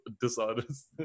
dishonest